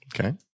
okay